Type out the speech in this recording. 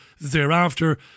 thereafter